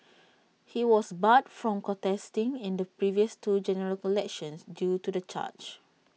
he was barred from contesting in the previous two general elections due to the charge